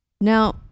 Now